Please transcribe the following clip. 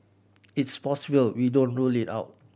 it's possible we don't rule it out